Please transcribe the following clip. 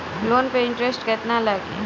Loan पे interest केतना लागी?